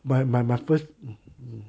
my my my first